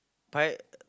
pie